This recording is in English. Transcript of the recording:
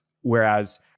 Whereas